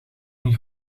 een